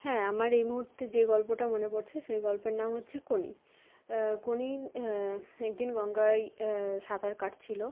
হ্যাঁ আমার এই মুহুর্তে যে গল্পটা মনে পড়ছে সে গল্পের নাম হচ্ছে কোনি কোনি একদিন গঙ্গায় সাঁতার কাটছিলো